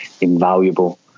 invaluable